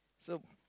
so